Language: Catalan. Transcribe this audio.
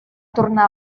tornar